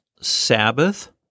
Sabbath